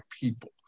people